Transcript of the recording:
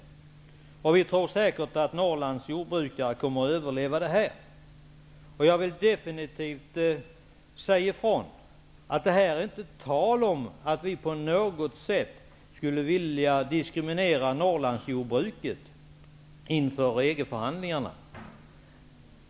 Säkert kommer Norrlands jordbrukare att överleva det här. Jag vill definitivt säga ifrån att det skulle vara tal om att vi på något sätt skulle vilja diskriminera Norrlandsjordbruket inför EG-förhandlingarna.